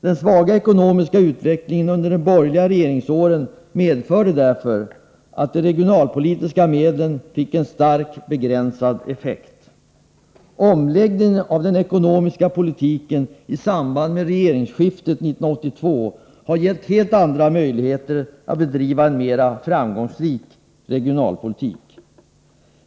Den svaga ekonomiska utvecklingen under de borgerliga regeringsåren medförde därför att de regionalpolitiska medlen fick en starkt begränsad effekt. Omläggningen av den ekonomiska politiken i samband med regeringsskiftet 1982 har gett helt andra möjligheter att bedriva en mera framgångsrik regionalpolitik.